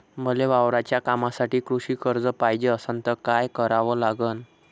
मले वावराच्या कामासाठी कृषी कर्ज पायजे असनं त काय कराव लागन?